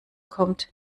kommt